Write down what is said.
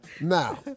Now